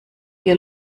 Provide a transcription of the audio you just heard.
dir